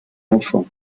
enfant